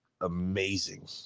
amazing